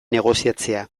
negoziatzea